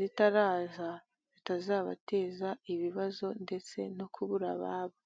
zitaraza, zi tazabateza ibibazo ndetse no kubura ababo.